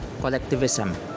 collectivism